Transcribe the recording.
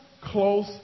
close